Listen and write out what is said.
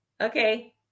Okay